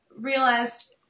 realized